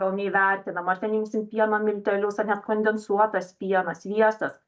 gal neįvertinam ar ten imsim pieno miltelius ar net kondensuotas pienas sviestas